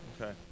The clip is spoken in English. Okay